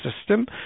system